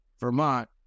Vermont